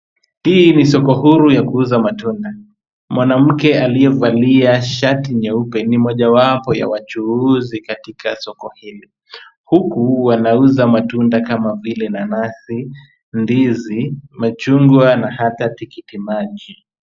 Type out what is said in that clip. Hili ni soko huru ya kuuza matunda. Mwanamke aliyevalia shati nyeupe ni mmoja wapo ya wachuuzi katika soko hili huku anauza matunda kama vile nanasi, ndizi, machungwa na hata tikiti maji.